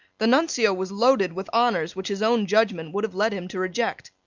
the nuncio was loaded with honours which his own judgment would have led him to reject.